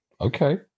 Okay